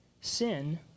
Sin